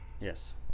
Yes